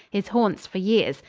his haunts for years,